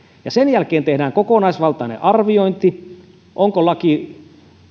sen jälkeen tehdään kokonaisvaltainen arviointi onko lakia